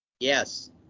Yes